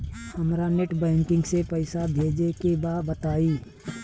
हमरा net banking से पईसा भेजे के बा बताई?